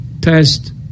test